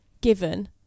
given